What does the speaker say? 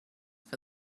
for